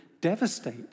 devastate